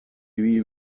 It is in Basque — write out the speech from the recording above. ibili